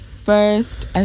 First